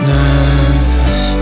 nervous